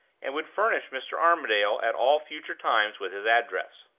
and would furnish mr. armadale at all future times with his address.